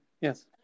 yes